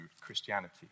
Christianity